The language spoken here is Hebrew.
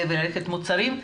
לקנות מוצרים.